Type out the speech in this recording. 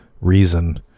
reason